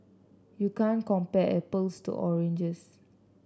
you can't compare apples to oranges